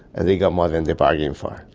and they get more than they bargained for.